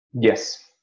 Yes